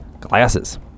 glasses